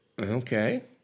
Okay